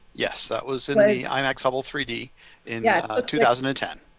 yes. that was in a imax hubble three d in yeah ah two thousand and ten.